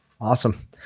awesome